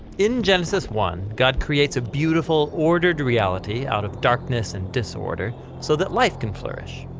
in genesis one, god creates a beautiful, ordered reality out of darkness and disorder so that life can flourish.